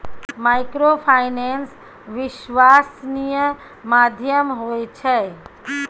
Microfinance विश्वासनीय माध्यम होय छै?